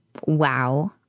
wow